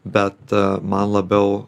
bet man labiau